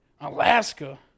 Alaska